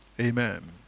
Amen